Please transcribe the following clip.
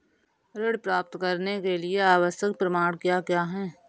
ऋण प्राप्त करने के लिए आवश्यक प्रमाण क्या क्या हैं?